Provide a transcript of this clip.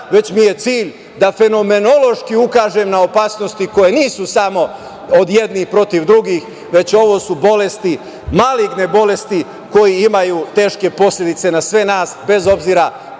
već mi je cilj da fenomenološki ukažem na opasnosti koje nisu samo od jednih protiv drugih, već su ovo bolesti, maligne bolesti koje imaju teške posledice na sve nas bez obzira